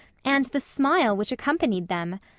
and the smile which accompanied them!